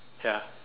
ya